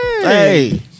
Hey